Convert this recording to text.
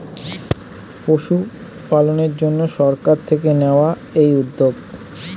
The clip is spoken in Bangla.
পশুপালনের জন্যে সরকার থেকে নেওয়া এই উদ্যোগ